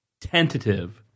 tentative